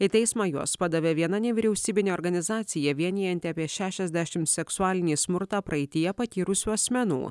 į teismą juos padavė viena nevyriausybinė organizacija vienijanti apie šešiasdešimt seksualinį smurtą praeityje patyrusių asmenų